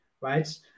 right